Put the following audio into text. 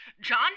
John